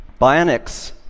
Bionics